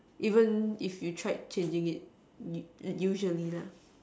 even if you tried changing it you usually lah